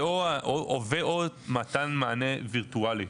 ו/או מתן מענה וירטואלי